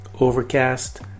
Overcast